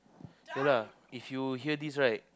ya lah if you hear this right